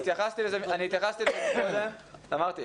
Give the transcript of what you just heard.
אני התייחסתי לזה מקודם ואמרתי,